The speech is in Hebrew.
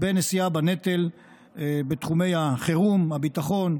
בנשיאה בנטל בתחומי החירום, הביטחון,